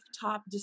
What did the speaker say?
top